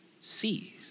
sees